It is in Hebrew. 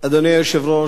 אדוני היושב-ראש,